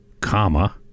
comma